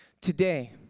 Today